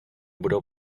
budou